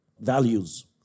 values